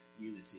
unity